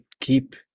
keep